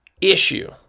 issue